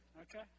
okay